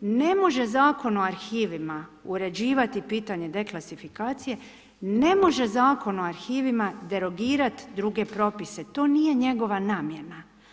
ne može Zakon o arhivima uređivati pitanje deklasifikacije, ne može Zakon o arhivima derogirati druge propise, to nije njegova namjena.